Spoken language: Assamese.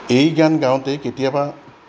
এই গান গাওঁতেই কেতিয়াবা